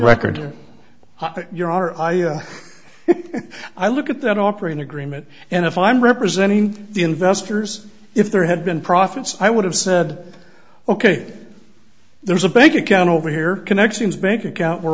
record you're our idea i look at that operating agreement and if i'm representing the investors if there had been profits i would have said ok there's a bank account over here connections bank account where